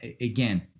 Again